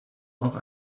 auch